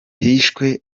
hishwe